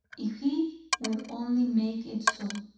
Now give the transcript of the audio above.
if he will only make it so.